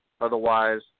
otherwise